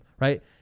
right